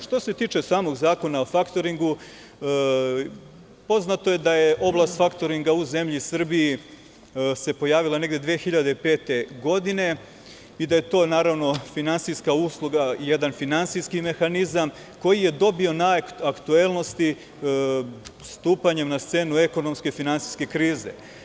Što se tiče samog zakona o faktoringu, poznato je da se oblast faktoringa u zemlji Srbiji pojavila negde 2005. godine i da je to naravno finansijska usluga i jedan finansijski mehanizam, koji je dobio na aktuelnosti stupanjem na scenu ekonomske i finansijske krize.